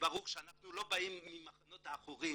שברור שאנחנו לא באים ממחנות העקורים